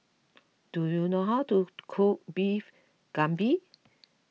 do you know how to cook Beef Galbi